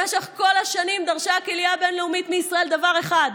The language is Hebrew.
במשך כל השנים דרשה הקהילה הבין-לאומית מישראל דבר אחד: